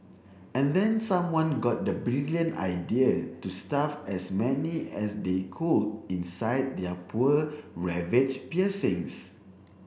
and then someone got the brilliant idea to stuff as many as they could inside their poor ravaged piercings